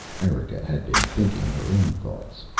erika had been thinking her own thoughts.